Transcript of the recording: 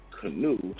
canoe